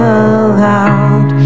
aloud